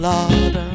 Lord